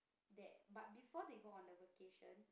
there but before they go on the vacation